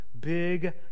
big